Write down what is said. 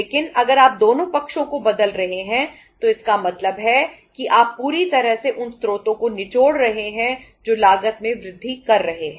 लेकिन अगर आप दोनों पक्षों को बदल रहे हैं तो इसका मतलब है कि आप पूरी तरह से उन स्रोतों को निचोड़ रहे हैं जो लागत में वृद्धि कर रहे हैं